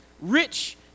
rich